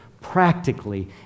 practically